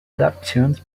adaptations